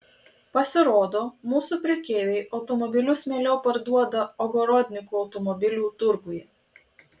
pasirodo mūsų prekeiviai automobilius mieliau parduoda ogorodnikų automobilių turguje